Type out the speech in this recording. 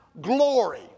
glory